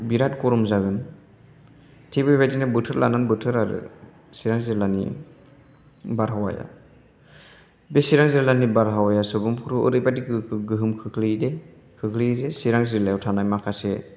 बिराद गरम जागोन थिग बेबायदिनो बोथोर लानानै बोथोर आरो सिरां जिल्लानि बारहावाया बे सिरां जिल्लानि बारहावाया सुबुंफोरखौ ओरैबायदि गोहोम खोख्लैयोदि सिरां जिल्लायाव थानाय माखासे